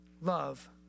love